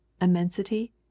Immensity